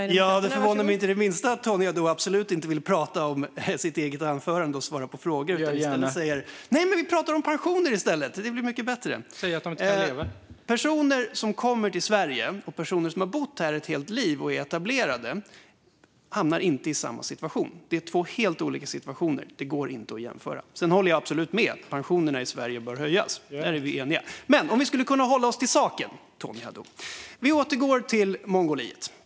Fru talman! Det förvånar mig inte det minsta att Tony Haddou absolut inte vill prata om sitt eget anförande och svara på frågor. : Det gör jag gärna.) I stället säger han: Nej, vi pratar om pensioner i stället! Det blir mycket bättre. : Du säger ju att de inte kan leva.) Personer som kommer till Sverige och personer som har bott här ett helt liv och är etablerade hamnar inte i samma situation. Det är två helt olika situationer. Det går inte att jämföra. Sedan håller jag absolut med om att pensionerna i Sverige bör höjas. Där är vi eniga. Men vi kanske skulle kunna hålla oss till saken, Tony Haddou. Vi återgår till Mongoliet.